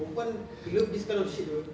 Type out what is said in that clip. perempuan love this kind of shit [pe]